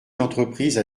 l’entreprise